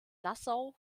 nassau